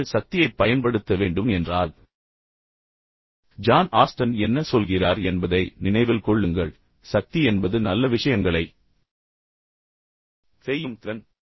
நீங்கள் சக்தியைப் பயன்படுத்த வேண்டும் என்றால் ஜான் ஆஸ்டன் என்ன சொல்கிறார் என்பதை நினைவில் கொள்ளுங்கள் சக்தி என்பது நல்ல விஷயங்களை செய்யும் திறன்